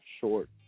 short